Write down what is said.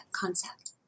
concept